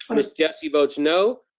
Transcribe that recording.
miss jessie votes no.